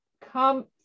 come